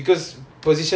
because position